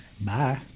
Bye